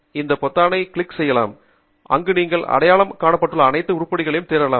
எனவே இந்த பொத்தானை இங்கே கிளிக் செய்யலாம் அங்கு நீங்கள் அடையாளம் காணப்பட்டுள்ள அனைத்து உருப்படிகளையும் தேர்ந்தெடுக்கலாம்